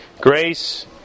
Grace